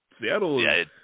Seattle